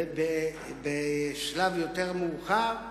ובשלב מאוחר יותר,